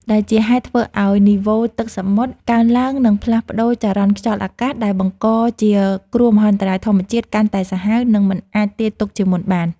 ដែលជាហេតុធ្វើឱ្យនីវ៉ូទឹកសមុទ្រកើនឡើង និងផ្លាស់ប្តូរចរន្តខ្យល់អាកាស ដែលបង្កជាគ្រោះមហន្តរាយធម្មជាតិកាន់តែសាហាវ និងមិនអាចទាយទុកជាមុនបាន។